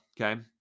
okay